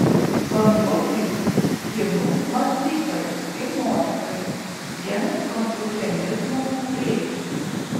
konfucijus kinų mąstytojas ir mokytojas vienas konfucianizmo kūrėjų